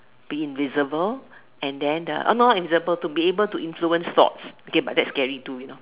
be invisible and then no not invisible to be able to influence thoughts okay but that's scary too you know